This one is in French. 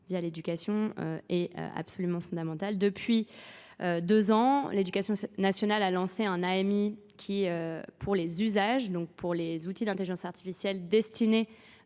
via l'éducation est absolument fondamentale. Deux ans, l'Education nationale a lancé un AMI qui, pour les usages, pour les outils d'intelligence artificielle destinés